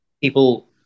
people